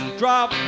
drop